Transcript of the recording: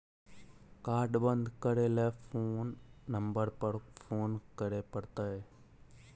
Card बन्द करे ल कोन नंबर पर फोन करे परतै?